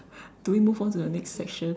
do we move on to the next section